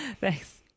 Thanks